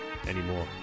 anymore